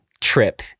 trip